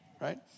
right